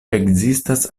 ekzistas